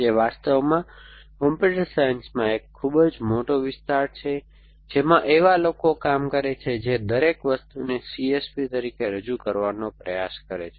જે વાસ્તવમાં કોમ્પ્યુટર સાયન્સમાં એક ખૂબ જ મોટો વિસ્તાર છે જેમાં એવા લોકો કામ કરે છે જે દરેક વસ્તુને CSP તરીકે રજૂ કરવાનો પ્રયાસ કરે છે